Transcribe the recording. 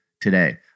today